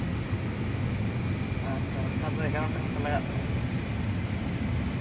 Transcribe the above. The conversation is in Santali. ᱟᱪᱪᱷᱟ ᱚᱱᱠᱟ ᱫᱚ ᱮᱜᱟᱨ ᱴᱟᱠᱟ ᱠᱟᱛᱮ ᱞᱟᱜᱟ ᱛᱟᱹᱵᱤᱱᱟ